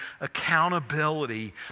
accountability